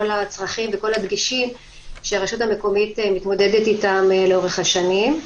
הצרכים ואת כל הדגשים שהרשות המקומית מתמודדת איתם לאורך השנים.